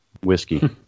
whiskey